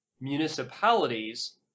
Municipalities